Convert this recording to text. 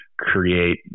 create